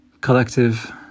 collective